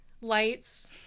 lights